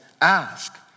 ask